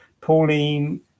pauline